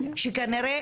שכנראה,